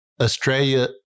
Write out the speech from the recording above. Australia